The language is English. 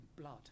blood